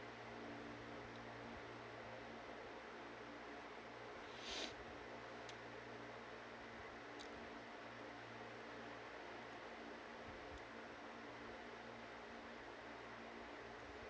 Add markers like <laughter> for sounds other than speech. <breath>